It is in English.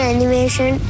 Animation